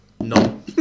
No